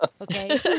Okay